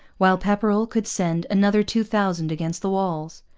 while pepperrell could send another two thousand against the walls.